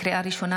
לקריאה ראשונה,